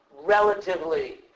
relatively